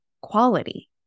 quality